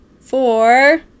four